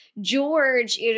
George